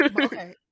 Okay